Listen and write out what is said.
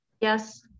Yes